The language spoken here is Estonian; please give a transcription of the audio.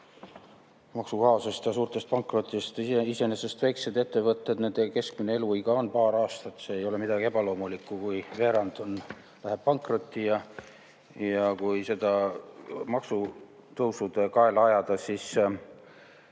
maksukaosest ja suurtest pankrottidest. Iseenesest väikeste ettevõtete keskmine eluiga on paar aastat, see ei ole midagi ebaloomulikku, kui veerand läheb pankrotti. Kui tahate seda maksutõusude kaela ajada, siis